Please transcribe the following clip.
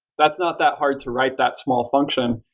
that's not that hard to write that small function.